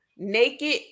Naked